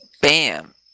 Bam